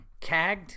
cagged